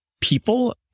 people